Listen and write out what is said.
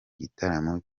gitaramo